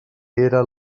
era